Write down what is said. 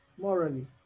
morally